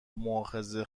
مواخذه